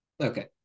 Okay